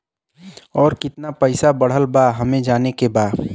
और कितना पैसा बढ़ल बा हमे जाने के बा?